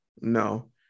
no